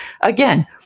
again